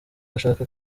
ashaka